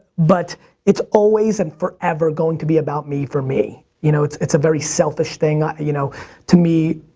but it's always and forever going to be about me for me. you know it's it's a very selfish thing. ah you know to me,